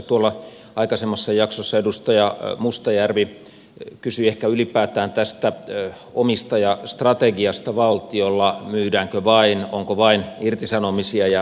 tuolla aikaisemmassa jaksossa edustaja mustajärvi kysyi ehkä ylipäätään tästä omistajastrategiasta valtiolla myydäänkö vain onko vain irtisanomisia ja näin poispäin